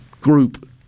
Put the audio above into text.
group